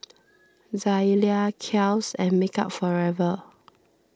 Zalia Kiehl's and Makeup Forever